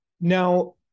Now